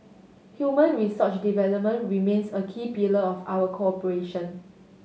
human resource development remains a key pillar of our cooperation